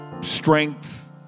strength